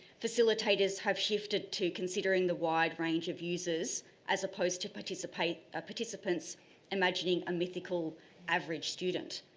facilitators have shifted to considering the wide range of users as opposed to participants ah participants imagining a mythical average student.